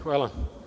Hvala.